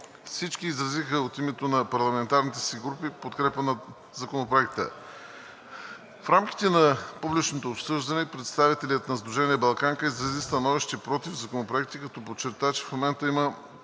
Всички изразиха от името на парламентарните си групи подкрепа на Законопроекта. В рамките на публичното обсъждане представителят на Сдружение „Балканка“ изрази становище против Законопроекта, като подчерта, че в момента има